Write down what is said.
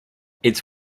its